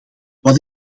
wat